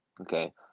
Okay